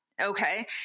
Okay